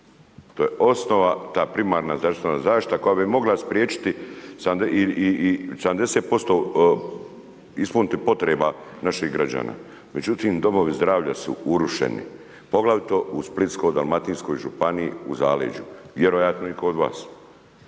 To je osnova, ta primarna zdravstvena zaštita koja bi mogla spriječiti i 70% ispuniti potreba naših građana. Međutim, domovi zdravlja su urušeni, poglavito u Splitsko-dalmatinskoj županiji u zaleđu, vjerojatno i kod vas.